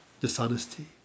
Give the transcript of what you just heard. dishonesty